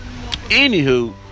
anywho